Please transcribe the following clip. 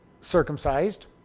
circumcised